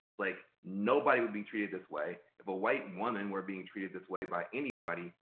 like, nobody would be treated this way. if a white woman were being treated this way by anybody,